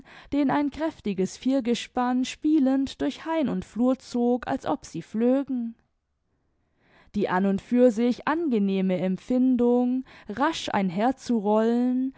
den ein kräftiges viergespann spielend durch hain und flur zog als ob sie flögen die an und für sich angenehme empfindung rasch einher zu